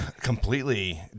completely